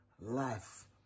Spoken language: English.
Life